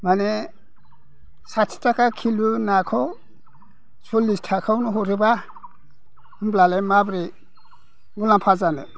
माने साथि थाखा किल' नाखौ सल्लिस थाखायावनो हरोब्ला होमब्लालाय माबोरै मुलाम्फा जानो